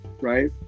right